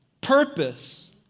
purpose